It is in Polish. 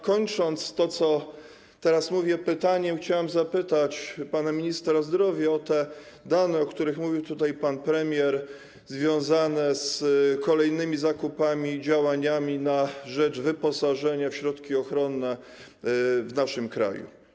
Kończąc to, co teraz mówię, pytaniem, chciałem zapytać pana ministra zdrowia o dane, o których mówił tutaj pan premier, związane z kolejnymi zakupami, działaniami na rzecz wyposażenia w środki ochronne w naszym kraju.